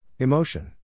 Emotion